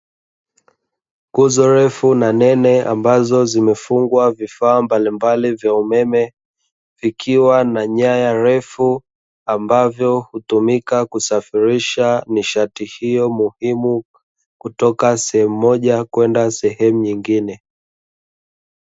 Nguzo refu na nene ambazo zimefungwa vifaa mbalimbali vya umeme, vikiwa na nyaya refu ambavyo hutumika kusafirisha nishati hiyo muhimu, kutoka sehemu moja kwenda sehemu nyingine.